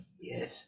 Yes